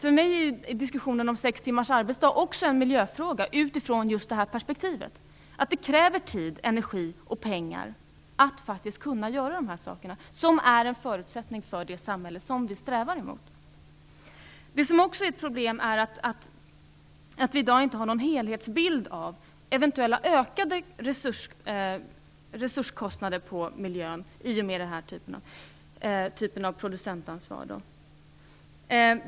För mig är diskussionen om sex timmar arbetsdag också en miljöfråga utifrån just detta perspektiv att det kräver tid, energi och pengar att kunna göra dessa saker som är en förutsättning för det samhälle som vi strävar efter. Det är också ett problem att vi i dag inte har någon helhetsbild av eventuella ökade resurskostnader på miljöområdet i och med den här typen av producentansvar.